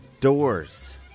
doors